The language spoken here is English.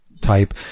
type